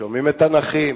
שומעים את הנכים,